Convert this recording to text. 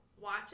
watch